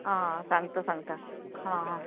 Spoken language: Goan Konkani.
आं सांगता सांगता हां हां